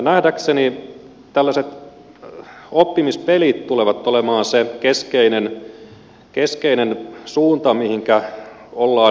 nähdäkseni tällaiset oppimispelit tulevat olemaan se keskeinen suunta mihinkä ollaan menossa